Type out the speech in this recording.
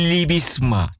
Libisma